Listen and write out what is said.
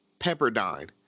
Pepperdine